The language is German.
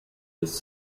des